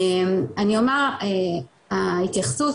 אני אומר, ההתייחסות